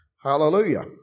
Hallelujah